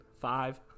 five